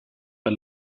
per